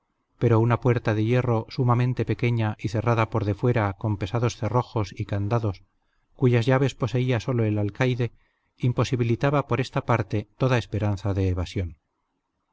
pero una puerta de hierro sumamente pequeña y cerrada por defuera con pesados cerrojos y candados cuyas llaves poseía sólo el alcaide imposibilitaba por esta parte toda esperanza de evasión